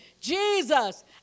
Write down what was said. Jesus